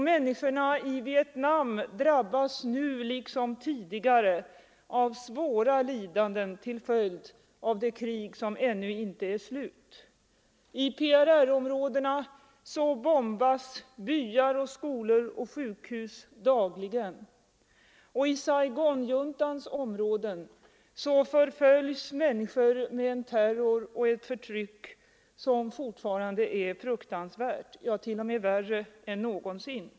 Människorna i Vietnam drabbas nu liksom tidigare av svåra lidanden till följd av det krig som ännu inte är slut. I PRR-områdena bombas byar, skolor och sjukhus dagligen, och i Saigonjuntans områden förföljs människor med en terror och ett förtryck som fortfarande är fruktansvärt — ja, t.o.m. värre än någonsin.